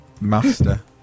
master